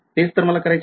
तेच तर मला करायचे आहे